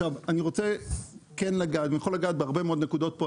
אני יכול לגעת בהרבה מאוד נקודות פה,